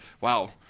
wow